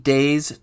Days